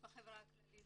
בחברה הכללית.